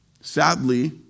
sadly